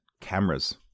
cameras